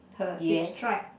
her is stripe